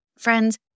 Friends